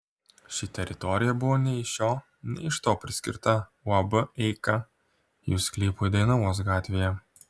ši teritorija buvo nei iš šio nei iš to priskirta uab eika jų sklypui dainavos gatvėje